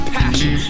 passion